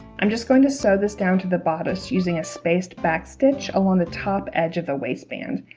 i'm just going to sew this down to the bodice using a spaced back stitch along the top edge of the waistband